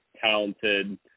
Talented